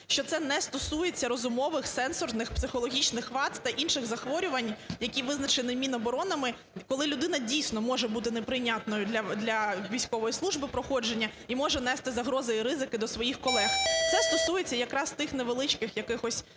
що це не стосується розумових, сенсорних, психологічних вад та інших захворювань, які визначені Міноборони, коли людина дійсно може бути неприйнятною для військової служби проходження і може нести загрози і ризики до своїх колег. Це стосується якраз тих невеличких якихось